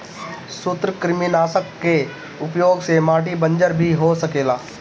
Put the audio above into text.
सूत्रकृमिनाशक कअ उपयोग से माटी बंजर भी हो सकेला